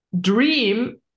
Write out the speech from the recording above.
dream